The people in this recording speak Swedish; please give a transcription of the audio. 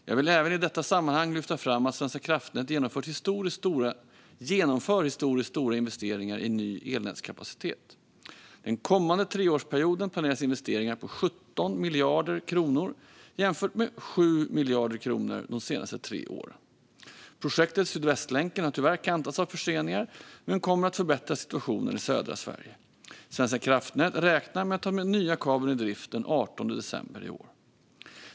Jag vill även i detta sammanhang lyfta fram att Svenska kraftnät genomför historiskt stora investeringar i ny elnätskapacitet. Den kommande treårsperioden planeras investeringar på 17 miljarder kronor, jämfört med 7 miljarder kronor de senaste tre åren. Projektet Sydvästlänken har tyvärr kantats av förseningar men kommer att förbättra situationen i södra Sverige. Svenska kraftnät räknar med att ta den nya kabeln i drift den 18 december.